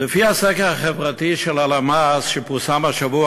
לפי הסקר החברתי של הלמ"ס שפורסם השבוע,